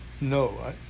no